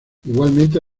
igualmente